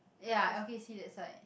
ya okay see that side